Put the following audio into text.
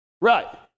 Right